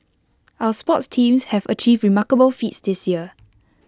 our sports teams have achieved remarkable feats this year